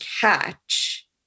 catch